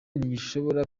ntigishobora